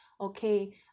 Okay